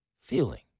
feeling